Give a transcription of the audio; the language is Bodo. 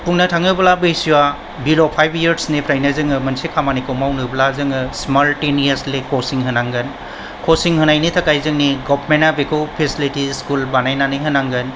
बुंनो थाङोब्ला बैसोआ बिल' फाइभ इयारसनिफ्रायनो जोङो मोनसे खामानिखौ मावनोब्ला सिमालटिनियासलि कचिं होनांगोन कचिं होनायनि थाखाय बेखौ गभर्नमेन्टा फेसिलिटिस बानायनानै होनांगोन